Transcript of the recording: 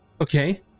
Okay